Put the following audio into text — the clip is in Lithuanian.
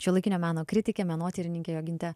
šiuolaikinio meno kritike menotyrininke joginte